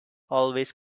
always